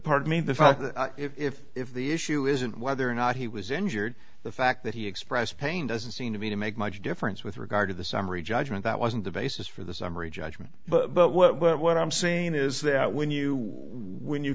pardon me the fact if if the issue isn't whether or not he was injured the fact that he expressed pain doesn't seem to me to make much difference with regard to the summary judgment that wasn't the basis for the summary judgment but what i'm saying is that when you when you